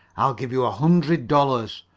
i'll give you a hundred dollars,